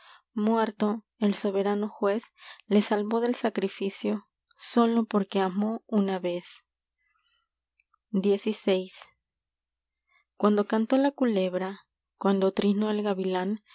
muerto el soberano juez le salvó del sacrificio sólo porque amó una vez senes xvi uando cantó la culebra cuando trinó el